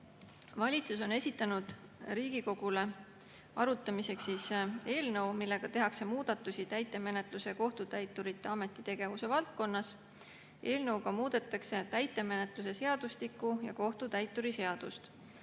Valitsus on esitanud Riigikogule arutamiseks eelnõu, millega tehakse muudatusi täitemenetluse ja kohtutäiturite ametitegevuse valdkonnas. Eelnõuga muudetakse täitemenetluse seadustikku ja kohtutäituri seadust.